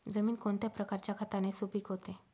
जमीन कोणत्या प्रकारच्या खताने सुपिक होते?